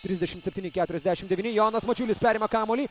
trisdešim septyni keturiasdešim devyni jonas mačiulis perima kamuolį